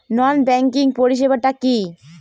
নন banking পরিষেবা টা কি?